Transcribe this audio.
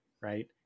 right